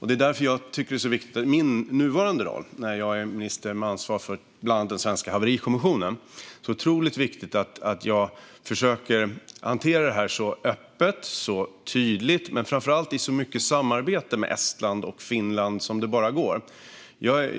Det är därför jag i min nuvarande roll, när jag är minister med ansvar för bland annat den svenska haverikommissionen, tycker att det är så otroligt viktigt att jag försöker hantera det här så öppet och tydligt men framför allt i så mycket samarbete med Estland och Finland som det bara går.